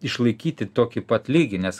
išlaikyti tokį pat lygį nes